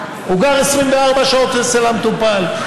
הוא גר 24 שעות אצל המטופל.